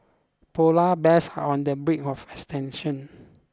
polar bears are on the brink of extension